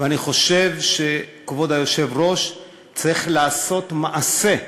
ואני חושב, כבוד היושב-ראש, שצריך לעשות מעשה,